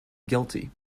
guilty